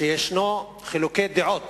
שיש חילוקי דעות